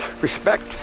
respect